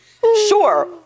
Sure